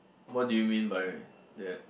what do you mean by that